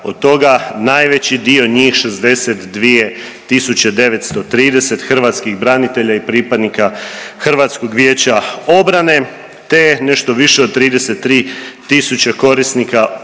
od toga najveći dio njih 62 tisuće 930 hrvatskih branitelja i pripadnika Hrvatskog vijeća obrane te nešto više od 33 tisuće korisnika ostalih